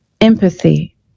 empathy